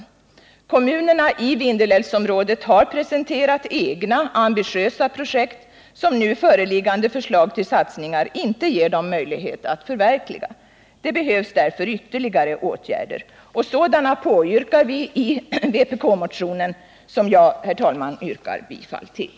Kommunerna i Vindelälvsområdet har presenterat egna ambitiösa projekt, som nu föreliggande förslag inte ger dem möjligheter att förverkliga. Det behövs därför ytterligare åtgärder. Sådana påyrkar vi i vpk-motionen, som jag yrkar bifall till.